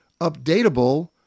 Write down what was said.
updatable